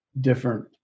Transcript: different